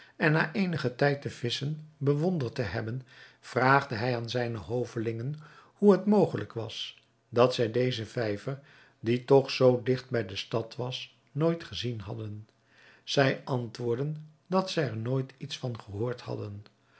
en na eenigen tijd de visschen bewonderd te hebben vraagde hij aan zijne hovelingen hoe het mogelijk was dat zij dezen vijver die toch zoo digt bij de stad was nooit gezien hadden zij antwoordden dat zij er nooit iets van gehoord hadden